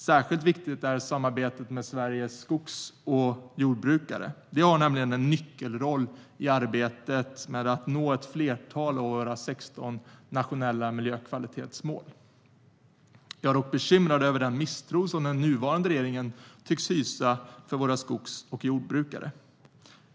Särskilt viktigt är samarbetet med Sveriges skogs och jordbrukare. De har en nyckelroll i arbetet med att nå ett flertal av våra 16 nationella miljökvalitetsmål. Jag är dock bekymrad över den misstro som den nuvarande regeringen tycks hysa för våra skogs och jordbrukare.